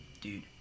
dude